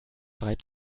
reibt